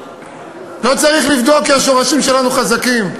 לא צריך לבדוק, כי השורשים שלנו חזקים.